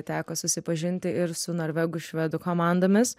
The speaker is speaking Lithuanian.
teko susipažinti ir su norvegų švedų komandomis